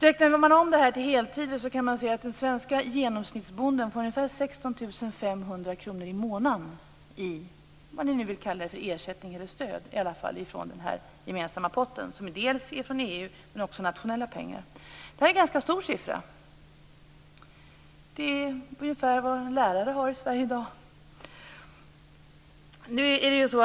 Om man räknar om det till heltider kan man se att den svenske genomsnittsbonden får ungefär 16 500 kr i månaden i ersättning eller stöd från den gemensamma potten, som är dels från EU, dels nationella pengar. Det är en ganska hög siffra. Det är ungefär vad en lärare i Sverige har i lön i dag.